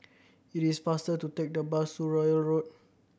it is faster to take the bus to Royal Road